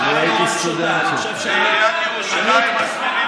התשובה נורא פשוטה,